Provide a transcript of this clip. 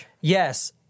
Yes